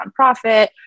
nonprofit